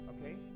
Okay